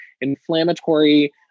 inflammatory